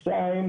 שתיים,